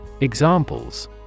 Examples